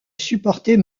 supporter